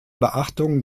beachtung